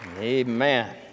Amen